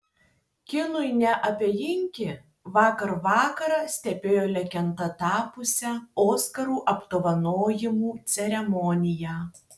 kinui neabejingi vakar vakarą stebėjo legenda tapusią oskarų apdovanojimų ceremoniją